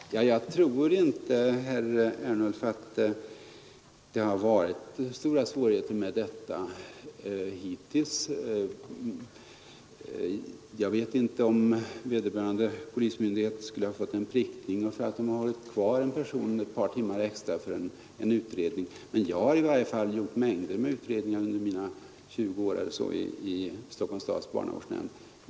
Fru talman! Jag tror inte, herr Ernulf, att det har varit några större svårigheter med detta hittills. Jag vet inte om vederbörande polismyndigheter skulle ha fått någon prickning om de hållit kvar en person ett par timmar extra för en utredning. Jag har i varje fall gjort mängder av utredningar i polishuset under mina 20 år i Stockholms stads barnavårdsnämnd.